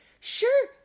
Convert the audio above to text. Sure